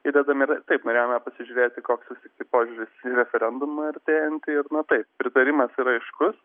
įdedam ir taip norėjome pasižiūrėti koks vis tiktai požiūris į referendumą artėjantį ir na taip pritarimas yra aiškus